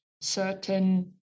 certain